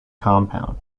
compound